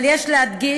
אבל יש להדגיש